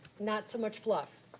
not so much fluff,